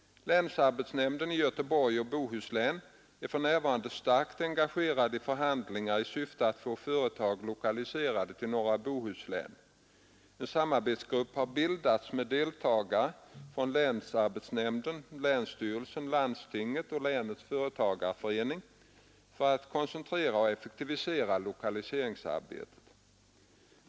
Länsarbetsnämnden i Göteborgs och Bohus län är för närvarande starkt engagerad i förhandlingar i syfte att få företag lokaliserade till norra Bohuslän. En samarbetsgrupp har bildats med deltagare från länsarbetsnämnden, länsstyrelsen, landstinget och länets företagareförening för att koncentrera och effektivisera lokaliseringsarbetet.